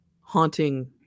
haunting